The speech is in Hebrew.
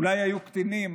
אולי היו קטינים,